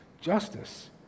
Justice